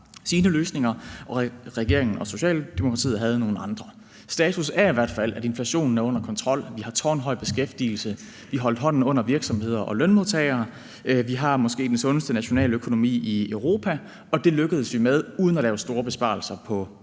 – løsninger, og regeringen og Socialdemokratiet har nogle andre. Status er i hvert fald, at inflationen er under kontrol. Vi har tårnhøj beskæftigelse. Vi holdt hånden under virksomheder og lønmodtagere. Vi har måske den sundeste nationaløkonomi i Europa, og det lykkedes vi med uden at lave store besparelser på vores